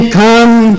come